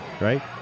right